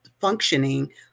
functioning